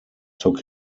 took